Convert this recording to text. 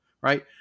right